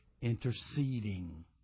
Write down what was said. interceding